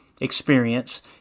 experience